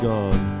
Gone